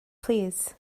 plîs